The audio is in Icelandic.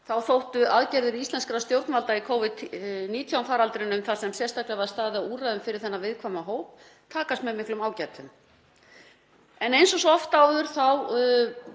að aðgerðir íslenskra stjórnvalda í Covid-19 faraldrinum, þar sem sérstaklega var staðið að úrræðum fyrir þennan viðkvæma hóp, hefðu tekist með miklum ágætum. En eins og svo oft áður má